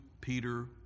Peter